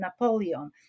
Napoleon